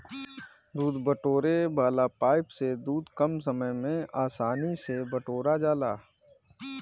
दूध बटोरे वाला पाइप से दूध कम समय में आसानी से बटोरा जाला